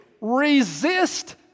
resist